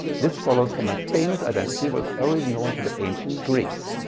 this follows from a famous identity was already known to the ancient greeks.